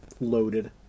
loaded